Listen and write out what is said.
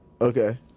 Okay